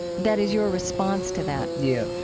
that is, your response to that yeah.